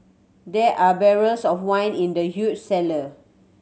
there are barrels of wine in the huge cellar